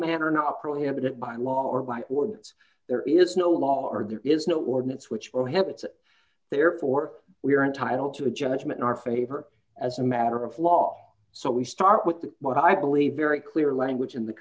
manner not prohibited by law or by ordinance there is no law or there is no ordinance which prohibits therefore we are entitled to a judgment in our favor as a matter of law so we start with what i believe very clear language in the